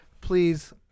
please